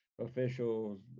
officials